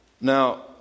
Now